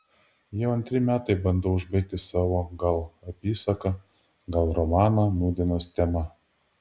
jau antri metai bandau užbaigti savo gal apysaką gal romaną nūdienos tema